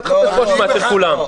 אל תחפש אשמה פה אצל כולם.